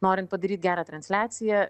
norint padaryt gerą transliaciją